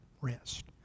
rest